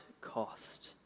cost